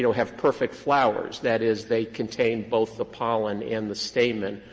you know have perfect flowers that is, they contain both the pollen and the stamen,